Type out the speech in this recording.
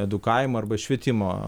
edukavimo arba švietimo